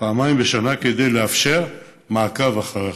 פעמיים בשנה, כדי לאפשר מעקב אחרי החלטות.